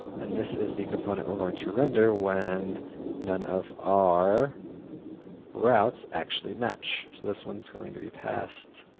and this is the component we're going to render when none of our routes actually match. so this one's going to be past